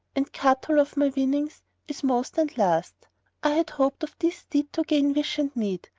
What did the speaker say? and katul of my winnings is most and last i had hoped of this steed to gain wish and need,